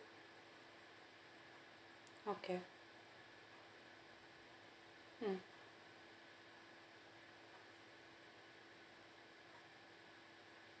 okay mm